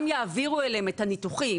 גם יעבירו אליהם את הניתוחים,